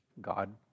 God